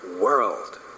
World